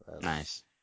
Nice